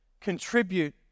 contribute